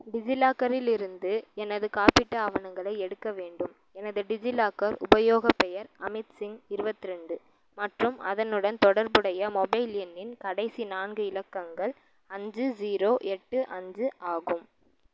டிஜிலாக்கரில் இருந்து எனது காப்பீட்டு ஆவணங்களை எடுக்க வேண்டும் எனது டிஜிலாக்கர் உபயோகப் பெயர் அமித்சிங் இருபத்திரெண்டு மற்றும் அதனுடன் தொடர்புடைய மொபைல் எண்ணின் கடைசி நான்கு இலக்கங்கள் அஞ்சு ஜீரோ எட்டு அஞ்சு ஆகும்